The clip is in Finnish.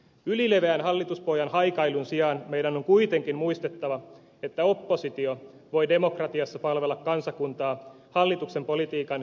ylileveän hallituspohjan haikailun sijaan meidän on kuitenkin muistettava että oppositio voi demokratiassa palvella kansakuntaa hallituksen politiikan rakentavalla haastamisella